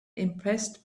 impressed